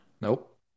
Nope